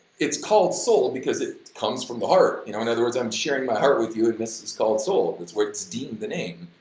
it's called soul because it comes from the heart, you know, in other words, i'm sharing my heart with you and this is called soul, that's what's deemed the name.